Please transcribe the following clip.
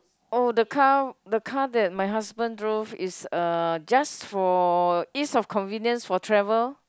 oh the car the car that my husband drove is uh just for ease of convenience for travel